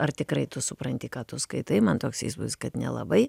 ar tikrai tu supranti ką tu skaitai man toks įspūdis kad nelabai